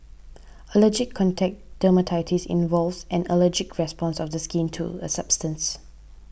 allergic contact dermatitis involves an allergic response of the skin to a substance